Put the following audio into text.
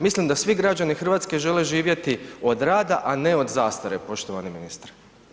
Mislim da svi građani Hrvatske žele živjeti od rada, a ne od zastare poštovani ministre.